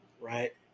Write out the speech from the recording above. right